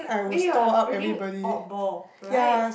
then you're a freaking odd ball right